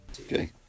Okay